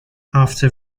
after